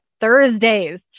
Thursdays